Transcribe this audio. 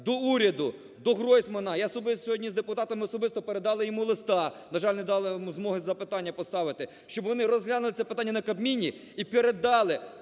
до уряду, до Гройсмана, я сьогодні з депутатами особисто передали йому листа. На жаль, не дали йому змоги запитання поставити, щоб вони розглянули це питання на Кабміні і передали